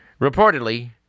Reportedly